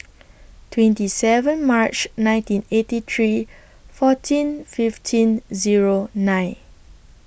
twenty seven March nineteen eighty three fourteen fifteen Zero nine